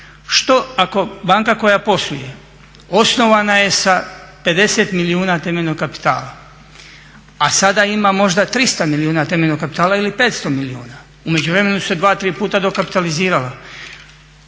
Što ako banka koja posluje osnovana je sa 50 milijuna temeljnog kapitala, a sada ima možda 300 milijuna temeljnog kapitala ili 500 milijuna, u međuvremenu se dva, tri puta dokapitalizirala.